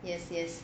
yes yes